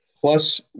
Plus